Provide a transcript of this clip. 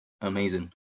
amazing